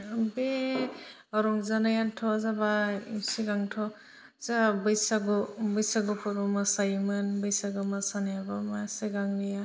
बे रंजानायाथ' जाबाय सिगांथ' जोंहा बैसागु बैसागुफोराव मोसायोमोन बैसागु मोसानायाबो मा सिगांनिया